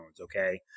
okay